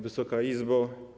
Wysoka Izbo!